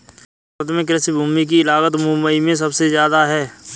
भारत में कृषि भूमि की लागत मुबई में सुबसे जादा है